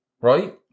right